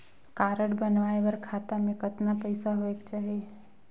Card बनवाय बर खाता मे कतना पईसा होएक चाही?